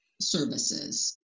services